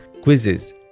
quizzes